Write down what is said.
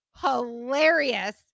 hilarious